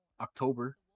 October